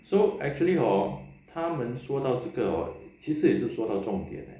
so actually hor 他们说到这个 hor 其实也是说到重点